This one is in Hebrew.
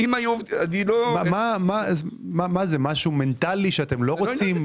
זה משהו מנטלי שאתם לא רוצים?